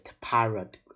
pirate